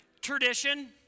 Tradition